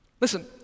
Listen